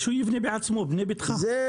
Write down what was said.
(רע"מ, רשימת האיחוד הערבי):